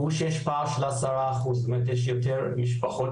הוא שיש פער של 10%. יש יותר משפחות